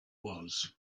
was